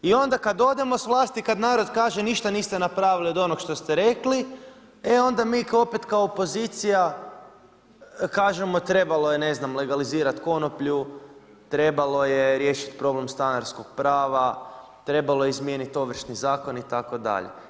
I onda kad odemo s vlasti, kad narod kaže ništa niste napravili od onog što ste rekli, e onda mi opet kao opozicija kažemo trebalo je ne znam, legalizirati konoplju, trebalo je riješiti problem stanarskog prava, trebalo je izmijeniti Ovršni zakon itd.